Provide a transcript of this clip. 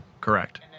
correct